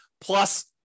Plus